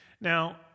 Now